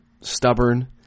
stubborn